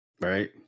Right